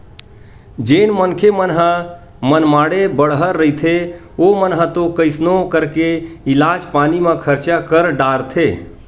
जेन मनखे मन ह मनमाड़े बड़हर रहिथे ओमन ह तो कइसनो करके इलाज पानी म खरचा कर डारथे